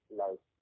life